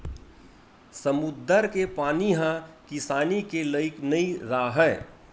समुद्दर के पानी ह किसानी के लइक नइ राहय